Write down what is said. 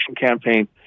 campaign